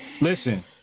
Listen